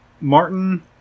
Martin